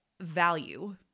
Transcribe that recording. value